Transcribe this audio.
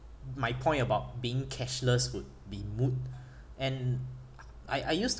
my point about being cashless would be moot and I I used to